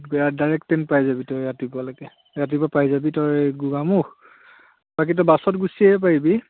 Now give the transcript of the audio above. direct train পাই যাবি তই ৰাতিপুৱালৈকে ৰাতিপুৱা পাই যাবি তই গোগামুখ বাকী তোৰ বাছত গুচি আহিব পাৰিবি